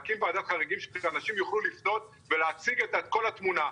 להקים ועדת חריגים שאנשים יוכלו לפנות ולהציג את כל התמונה.